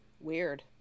Weird